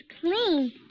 clean